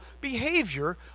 behavior